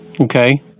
Okay